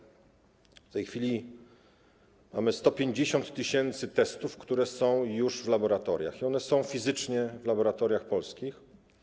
W tej chwili mamy 150 tys. testów, które są już w laboratoriach - one są fizycznie w laboratoriach polskich.